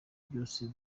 byose